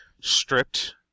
stripped